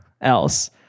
else